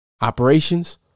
Operations